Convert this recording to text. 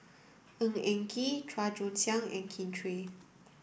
Ng Eng Kee Chua Joon Siang and Kin Chui